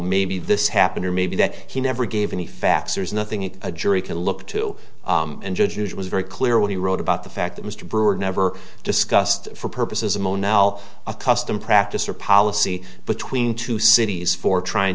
maybe this happened or maybe that he never gave any facts or is nothing if a jury can look to and judge was very clear when he wrote about the fact that mr brewer never discussed for purposes of no now a custom practice or policy between two cities for trying